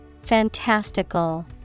Fantastical